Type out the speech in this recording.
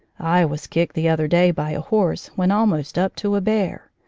i was kicked the other day by a horse when almost up to a bear.